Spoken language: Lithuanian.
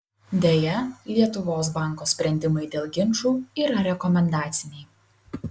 deja lietuvos banko sprendimai dėl ginčų yra rekomendaciniai